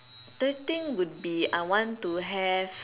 third thing would be I want to have